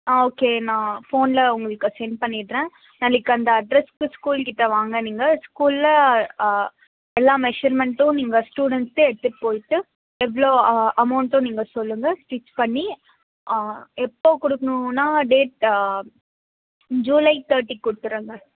ஆ okay நான் ஃபோனில் உங்களுக்கு செண்ட் பண்ணிடுறேன் நாளைக்கு அந்த அட்ரஸுக்கு ஸ்கூல் கிட்டே வாங்க நீங்கள் ஸ்கூலில் எல்லா மெஷர்மெண்ட்டும் நீங்கள் ஸ்டூடெண்ட்ஸுக்கு எடுத்துட்டு போய்ட்டு எவ்வளோ அமௌண்ட்டோ நீங்கள் சொல்லுங்கள் ஸ்டிச் பண்ணி எப்போ கொடுக்கணுன்னா டேட் ஜூலை தேர்ட்டி கொடுத்துருங்க